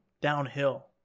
downhill